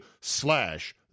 slash